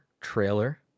trailer